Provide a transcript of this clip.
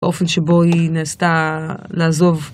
באופן שבו היא נעשתה לעזוב.